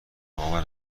باور